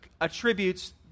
attributes